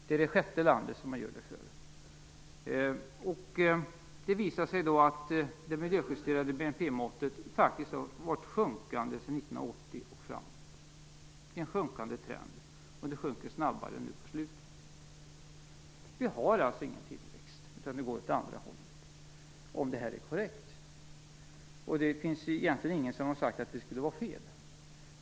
Det är det sjätte landet man gör det för. Det visar sig då att det miljöjusterade BNP-måttet har varit sjunkande sedan 1980 och framåt. Det är en sjunkande trend, och det sjunker snabbare nu på slutet. Vi har alltså ingen tillväxt, utan det går åt andra hållet, om detta är korrekt. Det finns egentligen ingen som har sagt att det skulle vara fel.